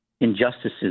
injustices